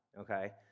okay